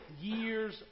years